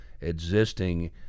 existing